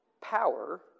power